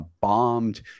bombed